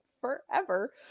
forever